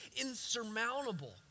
insurmountable